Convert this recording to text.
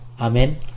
Amen